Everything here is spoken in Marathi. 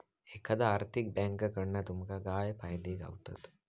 एखाद्या आर्थिक बँककडना तुमका काय फायदे गावतत?